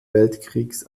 weltkriegs